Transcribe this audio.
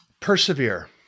Persevere